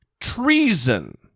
treason